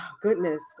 goodness